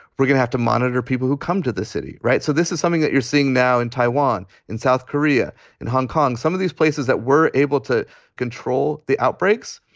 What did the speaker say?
we're gonna have to monitor people who come to the city. right. so this is something that you're seeing now in taiwan and south korea and kong, some of these places that were able to control the outbreaks.